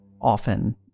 often